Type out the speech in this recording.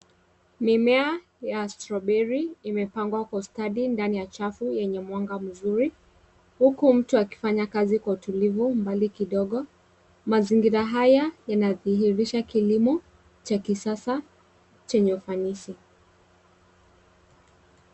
Mimea ya stroberi imepangwa kwa ustadi ndani ya chafu yenye mwangaza mzuri, huku mtu akifanya kazi kwa utulivu mbali kidogo. Mazingira haya yanadhihirisha kilimo cha kisasa chenye ufanisi.